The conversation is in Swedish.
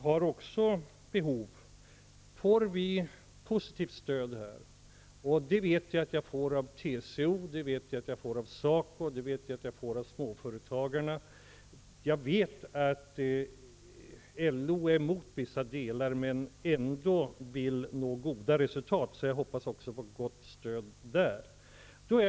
Men för att slå vakt om att verkligen få i gång en verksamhet svalde vi inledningsvis ett förslag som vi icke tyckte var bra. Jag vet att jag får stöd för vårt förslag av TCO, av SACO och av småföretagarna. Jag vet att LO är emot vissa delar, men ändå vill nå goda resultat, och jag hoppas därför på ett gott stöd även därifrån.